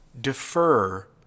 defer